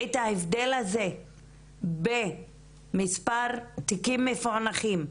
את ההבדל הזה במספר תיקים מפוענחים,